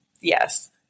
Yes